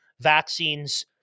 vaccines